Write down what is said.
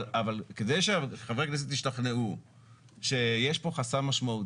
אבל כדי שחברי הכנסת ישתכנעו שיש פה חסם משמעותי,